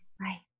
Bye